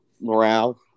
morale